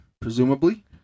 presumably